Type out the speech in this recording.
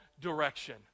direction